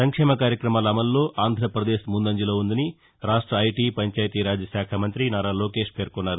సంక్షేమ కార్యక్రమాల అమలులో ఆంధ్రప్రదేశ్ ముందంజంలో ఉందని రాష్ట ఐటీ పంచాయతీ రాజ్ శాఖ మంతి నారా లోకేష్ పేర్కొన్నారు